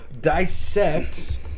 dissect